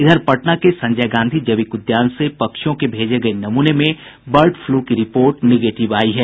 इधर पटना के संजय गांधी जैविक उद्यान से पक्षियों के भेजे गये नमूने में बर्ड फ्लू की रिपोर्ट निगेटिव आयी है